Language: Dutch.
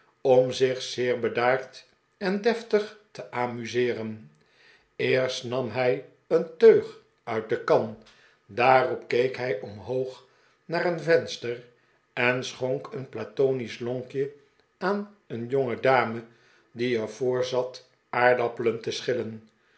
om zich zeer bedaard en deftig te amuseeren eerst nam hij een teug uit de kan daarop keek hij omhoog naar een venster en schonk een platonisch lonkje aan een jongedame die er voor zat aardappelen te schillen